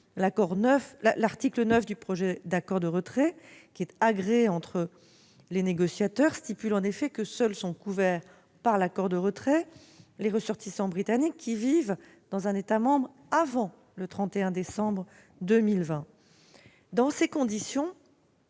L'article 9 du projet d'accord de retrait, qui est agréé entre les négociateurs, stipule en effet que seuls sont couverts par l'accord de retrait les ressortissants britanniques qui vivent dans un État membre avant le 31 décembre 2020. Dans ces conditions,